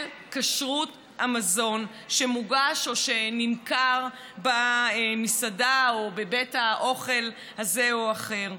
כשרות המזון שמוגש או שנמכר במסעדה או בבית אוכל הזה או האחר.